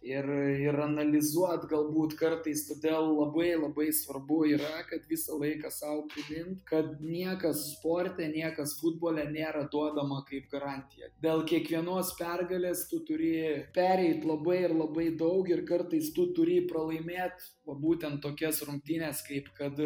ir ir analizuot galbūt kartais todėl labai labai svarbu yra kad visą laiką sau primint kad niekas sporte niekas futbole nėra duodama kaip garantija dėl kiekvienos pergalės tu turi pereit labai ir labai daug ir kartais tu turi pralaimėt va būtent tokias rungtynes kaip kad